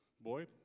Boy